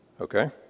Okay